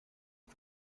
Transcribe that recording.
ich